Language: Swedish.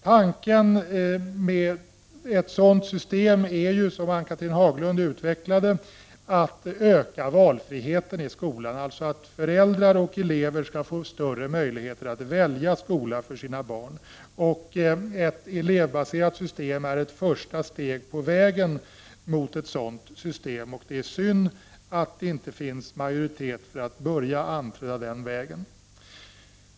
Tanken med ett sådant system är, som Ann-Cathrine Haglund utvecklade, att öka valfriheten i skolan, dvs. att föräldrar och elever skall få större möjligheter att välja skola. Ett elevbaserat system är ett första steg på vägen mot ett sådant system. Och det är synd att det inte finns en majoritet för att börja anträda den vägen.